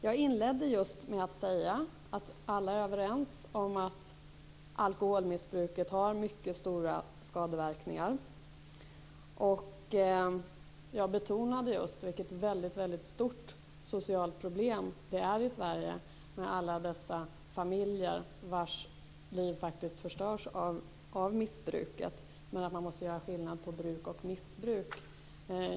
Jag inledde just med att säga att alla är överens om att alkoholmissbruket har mycket stora skadeverkningar. Jag betonade just att det är ett stort socialt problem i Sverige med alla dessa familjer vilkas liv förstörs av missbruket, men att man måste göra skillnad på bruk och missbruk.